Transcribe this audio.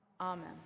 Amen